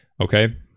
Okay